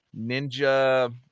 ninja